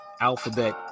alphabet